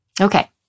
Okay